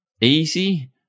easy